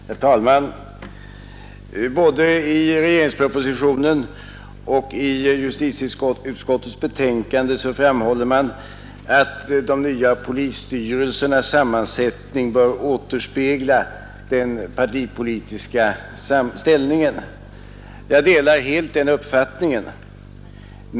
Herr talman! Både i regeringens proposition och i justitieutskottets betänkande framhålles att de nya polisstyrelsernas sammansättning bör återspegla den partipolitiska ställningen. Jag delar helt den uppfattningen.